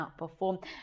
outperform